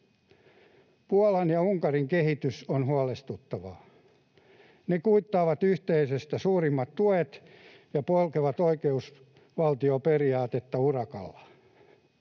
Puolan ja Unkarin kehitys on huolestuttavaa. Ne kuittaavat yhteisöstä suurimmat tuet ja polkevat oikeusvaltioperiaatetta urakalla.